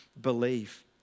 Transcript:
believe